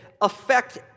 affect